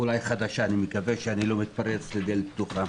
אולי חדשה, אני מקווה שאני לא מתפרץ לדלת פתוחה.